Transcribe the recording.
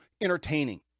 entertaining